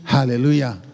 Hallelujah